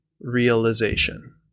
realization